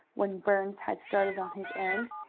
when burns had started on his errand.